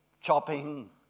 chopping